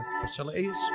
facilities